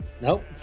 Nope